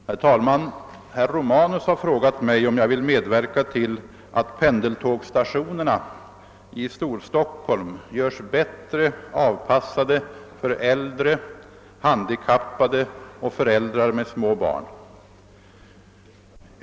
Herr talman! Herr Romanus har frågat mig, om jag vill medverka till att pendeltågsstationerna i Storstockholm görs bättre avpassade för äldre, handikappade och föräldrar med små barn.